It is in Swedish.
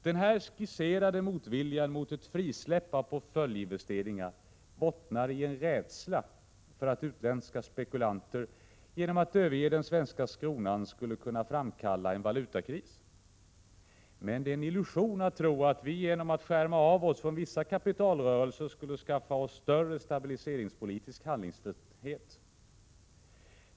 Den här skisserade motviljan mot ett frisläppande av portföljinvesteringar bottnar i en rädsla för att utländska spekulanter genom att överge den svenska kronan skulle kunna framkalla en valutakris. Men det är en illusion att tro att vi genom att skärma av oss från vissa kapitalrörelser skulle kunna skaffa oss större stabiliseringspolitisk handlingsfrihet.